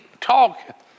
talk